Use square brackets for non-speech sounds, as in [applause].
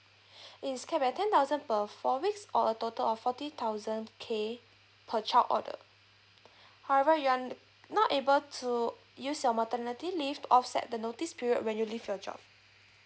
[breath] it's capped at ten thousand per four weeks or a total of forty thousand K per child order however you aren't not able to use your maternity leave to offset the notice period when you leave your job